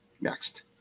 Next